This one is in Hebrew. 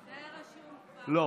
לא.